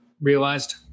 realized